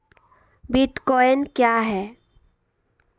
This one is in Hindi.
बिटकॉइन क्या है?